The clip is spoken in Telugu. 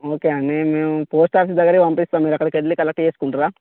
ఓకే అండి మేము పోస్ట్ ఆఫీస్ దగ్గరకు పంపిస్తాము మీరు అక్కడికెళ్ళి కలక్ట్ చేసుకుంటారా